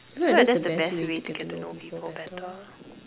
feel like that's the best way to get to know people better